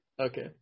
Okay